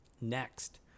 Next—